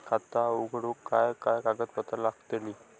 खाता उघडूक काय काय कागदपत्रा लागतली?